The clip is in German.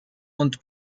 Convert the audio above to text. und